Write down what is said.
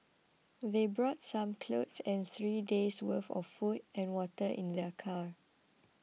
they brought some clothes and three days' worth of food and water in their car